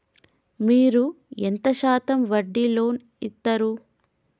మీరు ఎంత శాతం వడ్డీ లోన్ ఇత్తరు?